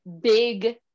big